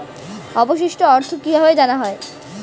অবশিষ্ট অর্থ কিভাবে জানা হয়?